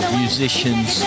musicians